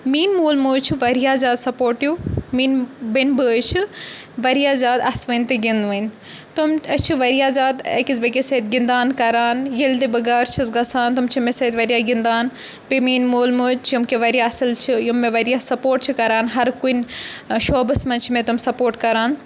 میٲنۍ مول موج چھُ واریاہ زیادٕ سَپوٹِو میٲنۍ بیٚنہِ بٲے چھِ واریاہ زیادٕ اَسوٕنۍ تہٕ گِنٛدوٕنۍ تِم أسۍ چھِ واریاہ زیادٕ أکِس بیٚکِس سۭتۍ گِنٛدان کَران ییٚلہِ تہِ بہٕ گَر چھَس گَژھان تم چھِ مےٚ سۭتۍ واریاہ گِنٛدان بیٚیہِ میٛٲنۍ مول موج چھِ یِم کہِ واریاہ اَصٕل چھِ یِم مےٚ واریاہ سَپوٹ چھِ کَران ہَر کُنہِ شوبَس منٛز چھِ مےٚ تم سَپوٹ کَران